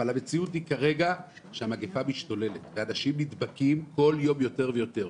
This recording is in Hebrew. אבל המציאות היא כרגע שהמגפה משתוללת ואנשים נדבקים כל יום יותר ויותר.